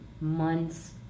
months